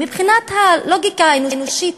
מבחינת הלוגיקה האנושית,